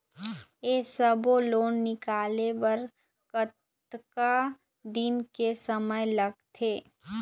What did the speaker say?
ये सब्बो लोन निकाले बर कतका दिन के समय लगथे?